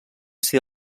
ser